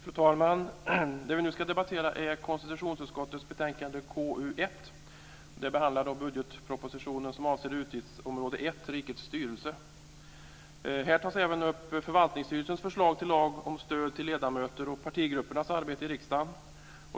Fru talman! Det vi nu ska debattera är konstitutionsutskottets betänkande KU1. Det behandlar den del av budgetpropositionen som avser utgiftsområde 1 Rikets styrelse. Här tas även upp förvaltningsstyrelsens förslag till lag om stöd till ledamöter och partigruppernas arbete i riksdagen.